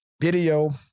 video